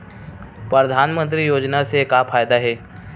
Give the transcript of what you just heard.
परधानमंतरी योजना से का फ़ायदा हे?